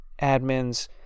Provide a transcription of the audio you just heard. admins